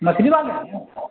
مچھلی والے ہیں